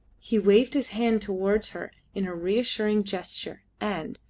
he waved his hand towards her in a reassuring gesture, and,